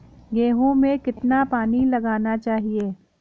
गेहूँ में कितना पानी लगाना चाहिए?